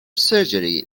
surgery